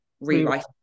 rewrite